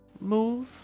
Move